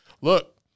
look